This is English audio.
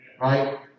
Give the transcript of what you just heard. right